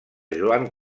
joan